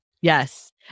yes